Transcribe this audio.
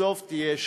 בסוף תהיה שחיתות.